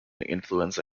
influenza